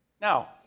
Now